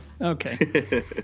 Okay